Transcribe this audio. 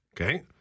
Okay